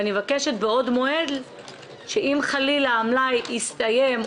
ואני מבקש מבעוד מועד שאם חלילה המלאי יסתיים,